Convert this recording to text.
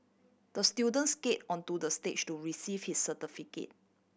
the student skate onto the stage to receive his certificate